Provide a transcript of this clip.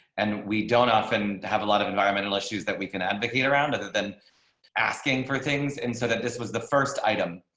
and we don't often have a lot of environmental issues that we can advocate around other than asking for things. and so that this was the first item.